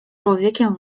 człowiekiem